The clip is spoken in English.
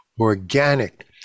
organic